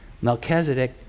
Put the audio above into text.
Melchizedek